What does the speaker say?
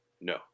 No